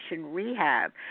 rehab